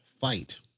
fight